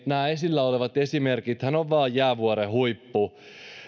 nämä esillä olevat esimerkithän ovat vain jäävuoren huippu